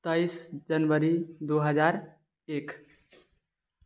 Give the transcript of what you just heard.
तेइस जनवरी दू हजार एक